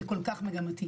זה כל כך מגמתי.